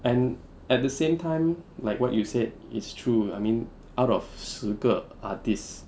and at the same time like what you said it's true I mean out of 十个 artists